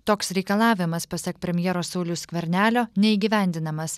toks reikalavimas pasak premjero sauliaus skvernelio neįgyvendinamas